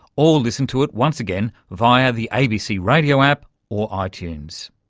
or listen to it once again via the abc radio app or ah itunes.